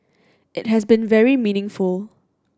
it has been very meaningful